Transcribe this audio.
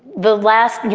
the last you